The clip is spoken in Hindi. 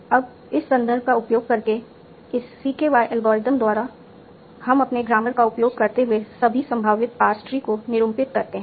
अब इस संदर्भ का उपयोग करके इस CKY एल्गोरिथम द्वारा हम अपने ग्रामर का उपयोग करते हुए सभी संभावित पार्स ट्री को निरूपित करते हैं